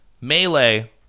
Melee